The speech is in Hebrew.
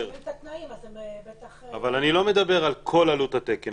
אם ישנו את התנאים אז הם בטח --- אני לא מדבר על כל עלות התקן,